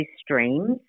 streams